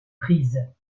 prises